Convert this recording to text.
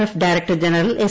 F director general S